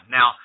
Now